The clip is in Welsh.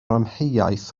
amheuaeth